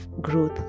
growth